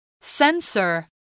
Sensor